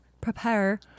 prepare